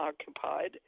occupied